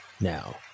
now